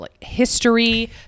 History